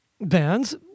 bands